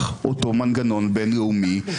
לעגל כלפי מה שקרוב.